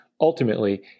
ultimately